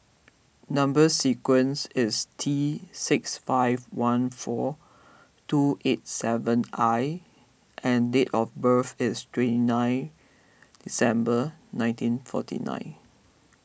Number Sequence is T six five one four two eight seven I and date of birth is twenty nine December nineteen forty nine